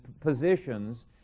positions